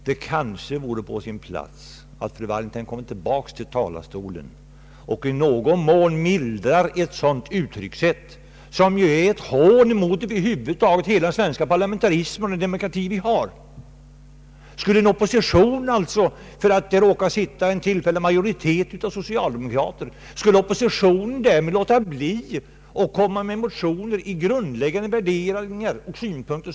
Det kanske vore på sin plats att fru Wallentheim åter går upp i talarstolen och i någon mån mildrar ett sådant uttryckssätt, som är ett hån mot den parlamentarism och demokrati vi har. Skulle oppositionen därför att regeringen för tillfället består av socialdemokrater låta bli att avge motioner som innehåller grundläggande värderingar och synpunkter?